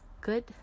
good